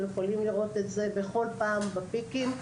אנחנו יכולים לראות את זה בכל פעם בפיקים.